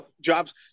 jobs